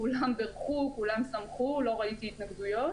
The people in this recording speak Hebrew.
כולם בירכו, כולם שמחו, לא ראיתי התנגדויות.